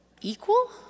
equal